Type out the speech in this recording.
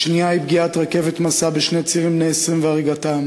השנייה היא פגיעת רכבת מסע בשני צעירים בני 20 והריגתם